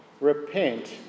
repent